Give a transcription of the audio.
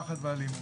פחד ואלימות.